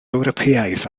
ewropeaidd